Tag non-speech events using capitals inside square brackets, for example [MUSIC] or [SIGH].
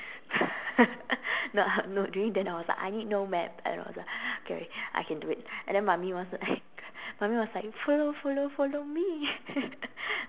[LAUGHS] no lah no during then I was like I need no map and I was like okay I can do it and then mummy was like [LAUGHS] mummy was like follow follow follow me [LAUGHS]